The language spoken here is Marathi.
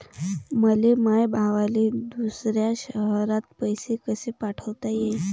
मले माया भावाले दुसऱ्या शयरात पैसे कसे पाठवता येईन?